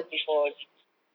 before this